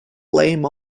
blame